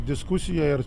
diskusija ir